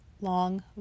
long